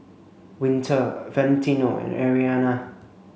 Winter Valentino and Arianna